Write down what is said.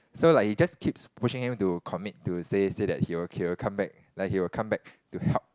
so like he just keeps pushing him to commit to say say that he'll he'll come back like he will come back to help